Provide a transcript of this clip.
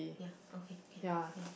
ya okay can ya